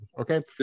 okay